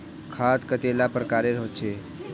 खाद कतेला प्रकारेर होचे?